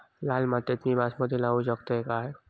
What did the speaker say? लाल मातीत मी बासमती लावू शकतय काय?